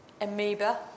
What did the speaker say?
amoeba